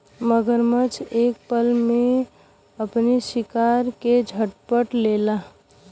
मगरमच्छ एक पल में अपने शिकार के झपट लेला